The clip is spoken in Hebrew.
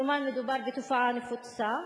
כלומר, מדובר בתופעה נפוצה